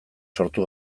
sortu